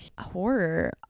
horror